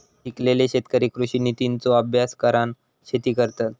शिकलेले शेतकरी कृषि नितींचो अभ्यास करान शेती करतत